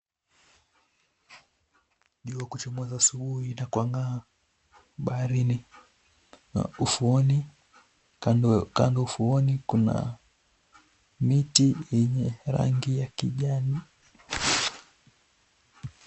Jua kuchomoza asubuhi na kung'aa baharini. Ufuoni, kando ufuoni kuna miti yenye rangi ya kijani.